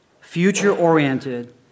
future-oriented